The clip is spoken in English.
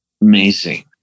amazing